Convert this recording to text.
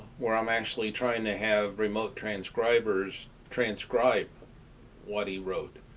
where i'm actually trying to have remote transcribers transcribe what he wrote.